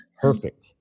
perfect